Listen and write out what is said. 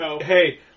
hey